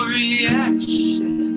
reaction